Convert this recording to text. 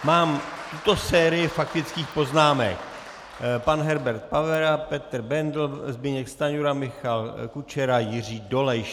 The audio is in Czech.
Mám tuto sérii faktických poznámek: pan Herbert Pavera, Petr Bendl, Zbyněk Stanjura, Michal Kučera, Jiří Dolejš.